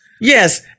Yes